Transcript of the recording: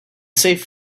save